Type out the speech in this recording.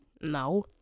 No